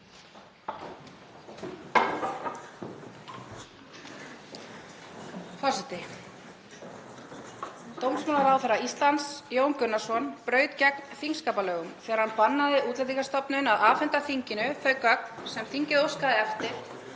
Forseti. Dómsmálaráðherra Íslands, Jón Gunnarsson, braut gegn þingskapalögum þegar hann bannaði Útlendingastofnun að afhenda þinginu þau gögn sem þingið óskaði eftir